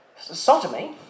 Sodomy